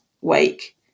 wake